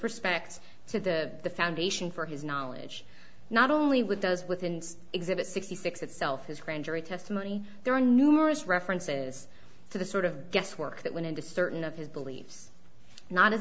respect to the foundation for his knowledge not only with those within exhibit sixty six itself his grand jury testimony there are numerous references to the sort of guesswork that went into certain of his beliefs not as